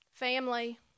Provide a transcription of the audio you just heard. Family